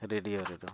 radio